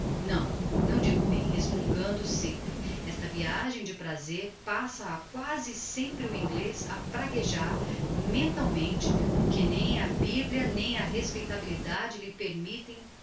não não digo bem resmungando sempre esta viagem de prazer passa a quasi sempre o inglez a praguejar mentalmente porque nem a biblia nem a respeitabilidade lhe permitem